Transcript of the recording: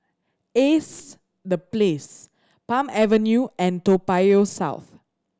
Ace The Place Palm Avenue and Toa Payoh South